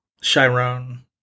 chiron